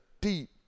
deep